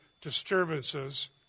disturbances